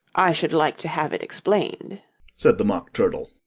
i should like to have it explained said the mock turtle.